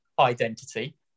identity